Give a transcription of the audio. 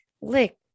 Lick